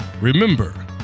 remember